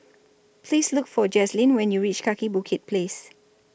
Please Look For Jazlene when YOU REACH Kaki Bukit Place